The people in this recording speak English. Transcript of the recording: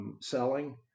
Selling